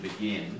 begin